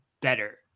better